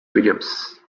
williams